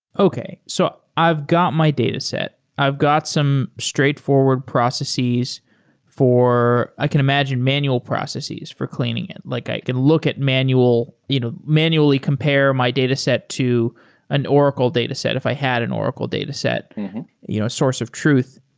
okay. so i've got my dataset. i've got some straightforward processes for, i can imagine, manual processes for cleaning it. like i can look at manual you know manually compare my dataset to an oracle dataset, if i had an oracle dataset you know source of truth.